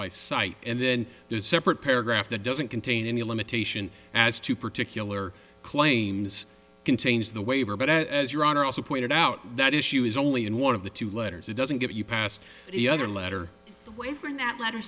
by sight and then there's a separate paragraph that doesn't contain any limitation as to particular claims contains the waiver but as your honor also pointed out that issue is only in one of the two letters it doesn't get you past the other letter